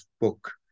book